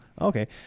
Okay